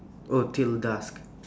oh till dusk